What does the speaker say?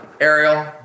Ariel